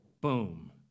boom